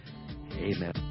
Amen